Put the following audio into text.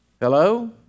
Hello